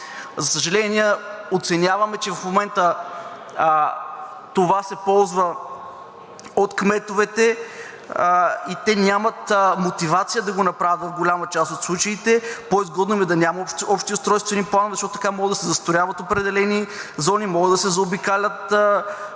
За съжаление, оценяваме, че в момента това се ползва от кметовете и те нямат мотивация да го направят в голяма част от случаите, по-изгодно им е да няма общи устройствени планове, защото така могат да се застрояват определени зони, могат да се заобикалят